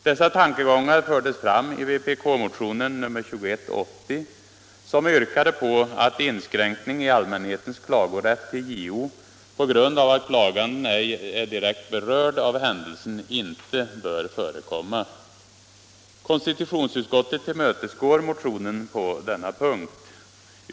Dessa tankegångar fördes fram i vpk-motionen nr 2180, som yrkade på att inskränkning i allmänhetens klagorätt hos JO på grund av att klaganden ej är direkt berörd av händelsen inte bör förekomma. Konstitutionsutskottet tillmötesgår motionen på denna punkt.